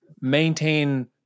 maintain